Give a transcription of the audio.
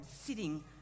sitting